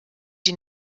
die